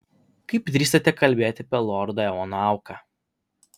kaip drįstate kalbėti apie lordo eono auką